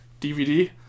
DVD